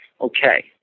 Okay